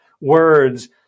words